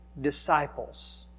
disciples